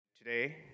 Today